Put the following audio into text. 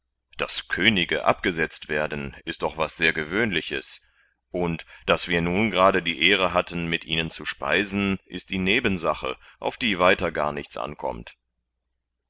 daß könige abgesetzt werden ist doch was sehr gewöhnliches und daß wir nun gerade die ehre hatten mit ihnen zu speisen ist die nebensache auf die weiter gar nichts ankommt